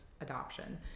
adoption